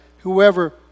Whoever